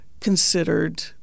considered